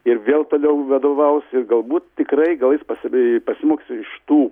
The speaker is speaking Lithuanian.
ir vėl toliau vadovaus ir galbūt tikrai gal jis pasidai pasimokys iš tų